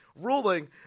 ruling